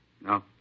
No